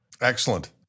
Excellent